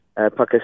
Pakistan